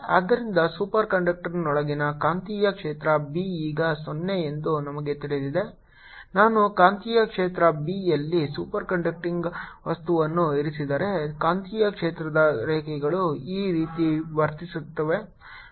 ಆದ್ದರಿಂದ ಸೂಪರ್ ಕಂಡಕ್ಟರ್ನೊಳಗಿನ ಕಾಂತೀಯ ಕ್ಷೇತ್ರ B ಈಗ 0 ಎಂದು ನಮಗೆ ತಿಳಿದಿದೆ ನಾನು ಕಾಂತೀಯ ಕ್ಷೇತ್ರ B ಯಲ್ಲಿ ಸೂಪರ್ ಕಂಡಕ್ಟಿಂಗ್ ವಸ್ತುವನ್ನು ಇರಿಸಿದರೆ ಕಾಂತೀಯ ಕ್ಷೇತ್ರದ ರೇಖೆಗಳು ಈ ರೀತಿ ವರ್ತಿಸುತ್ತವೆ